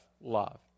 love